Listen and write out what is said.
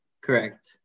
Correct